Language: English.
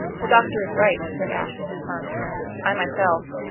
the doctor is right, said ashe, in his firm tones i myself